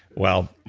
well,